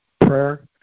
prayer